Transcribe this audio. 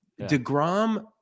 DeGrom